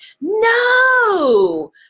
No